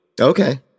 Okay